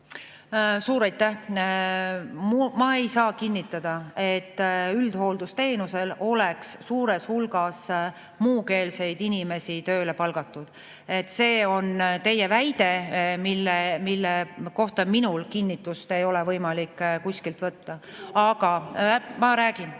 Suur aitäh! Ma ei saa kinnitada, et üldhooldusteenuse [osutamiseks] oleks suur hulk muukeelseid inimesi tööle palgatud. See on teie väide, mille kohta minul kinnitust ei ole võimalik kuskilt võtta. (Saalist